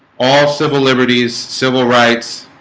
all civil liberties civil rights